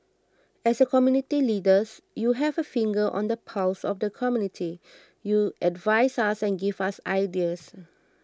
as community leaders you have a finger on the pulse of the community you advise us and give us ideas